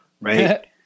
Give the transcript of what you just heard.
right